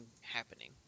happening